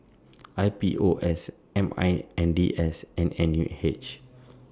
I P O S M I N D S and N U H